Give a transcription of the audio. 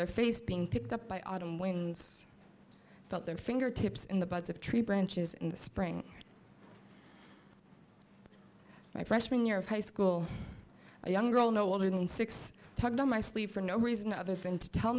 their face being picked up by autumn winds felt their fingertips in the buds of tree branches in the spring my freshman year of high school a young girl no older than six talked in my sleep for no reason other than to tell